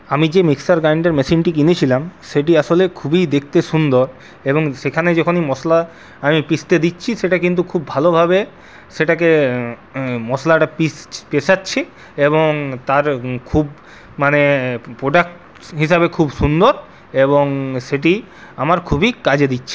আমি যে mixer grinder মেশিনটি কিনেছিলাম সেটি আসলে খুবই দেখতে সুন্দর এবং সেখানে যখন মশলা আমি পিষতে দিচ্ছি সেটা কিন্তু খুব ভালোভাবে সেটাকে মশলাটা পিষ পেষাচ্ছে এবং তার খুব মানে প্রোডাক্ট হিসেবে খুব সুন্দর এবং সেটি আমার খুবই কাজে দিচ্ছে